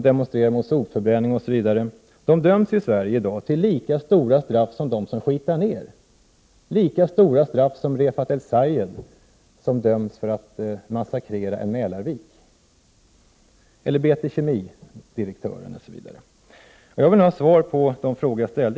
Anser regeringen att det är varje människas personliga plikt att verka för att deklarationens innehåll följs?